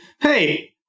Hey